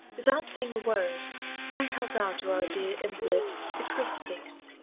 without saying a word i held out to our dear invalid the crucifix.